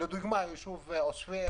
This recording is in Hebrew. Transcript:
לדוגמה עוספיה,